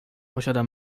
posiada